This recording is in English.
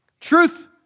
Truth